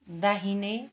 दाहिने